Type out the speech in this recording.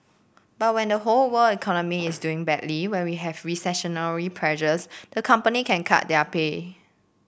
but when the whole world economy is doing badly when we have recessionary pressures the company can cut their pay